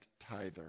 tither